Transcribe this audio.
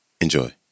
Enjoy